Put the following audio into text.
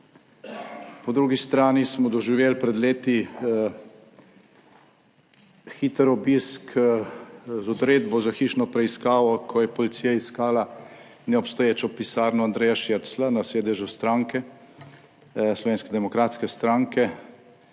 Po drugi strani smo doživeli pred leti hiter obisk z odredbo za hišno preiskavo, ko je policija iskala neobstoječo pisarno Andreja Širclja na sedežu stranke, Slovenske demokratske stranke.